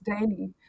daily